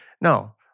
No